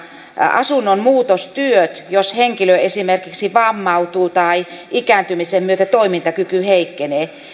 asunnon muutostyöt jos henkilö esimerkiksi vammautuu tai ikääntymisen myötä toimintakyky heikkenee